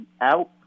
out